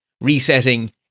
resetting